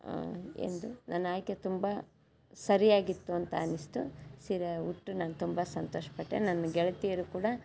ಏನದು ನನ್ನ ಆಯ್ಕೆ ತುಂಬ ಸರಿಯಾಗಿತ್ತು ಅಂತ ಅನ್ನಿಸ್ತು ಸೀರೆ ಉಟ್ಟು ನಾನು ತುಂಬ ಸಂತೋಷ ಪಟ್ಟೆ ನನ್ನ ಗೆಳತಿಯರು ಕೂಡ